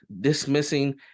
dismissing